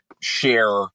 share